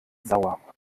sauer